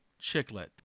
Chicklet